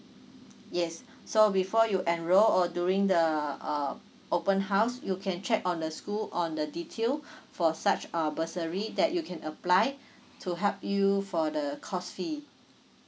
yes so before you enroll or during the um open house you can check on the school on the detail for such uh bursary that you can apply to help you for the course fee